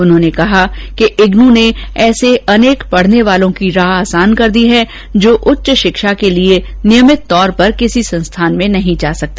उन्होंने कहा कि इग्नू ने ऐसे अनेक पढ़ने वालों की राह आसान कर दी है जो उच्च शिक्षा के लिए नियमित तौर पर किसी संस्थान में नहीं जा सकते